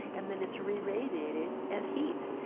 and then it's reradiated as heat,